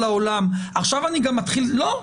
לעולם אז עכשיו אני גם מתחיל לא.